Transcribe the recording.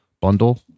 bundle